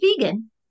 vegan